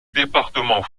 département